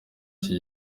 icyo